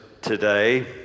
today